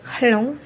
hello